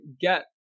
get